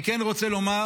אני כן רוצה לומר